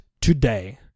today